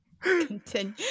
Continue